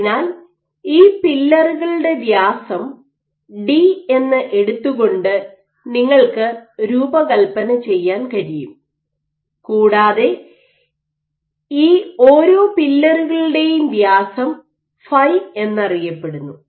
അതിനാൽ ഈ പില്ലറുകളുടെ വ്യാസം ഡി എന്ന് എടുത്തുകൊണ്ട് നിങ്ങൾക്ക് രൂപകൽപ്പന ചെയ്യാൻ കഴിയും കൂടാതെ ഈ ഓരോ പില്ലറുകളുടെയും വ്യാസം ഫൈ എന്നറിയപ്പെടുന്നു